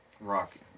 Rocky